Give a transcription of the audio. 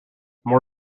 more